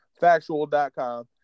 factual.com